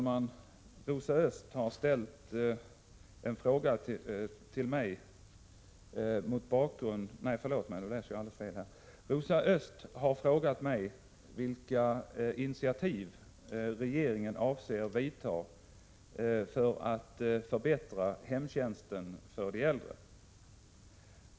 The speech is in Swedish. Herr talman! Rosa Östh har frågat mig vilka initiativ regeringen avser vidta för att förbättra hemtjänsten för de äldre.